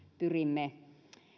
pyrimme